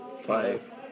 five